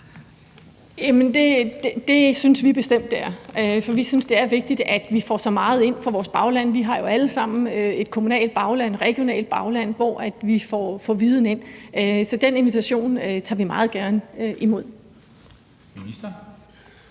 det synes vi bestemt det er, for vi synes, det er vigtigt, at vi får så meget ind fra vores baglande som muligt. Vi har jo alle sammen et kommunalt og regionalt bagland, som vi får viden fra – så den invitation tager vi meget gerne imod. Kl.